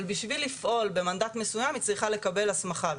אבל בשביל לפעול במנדט מסויים היא צריכה לקבל הסמכה.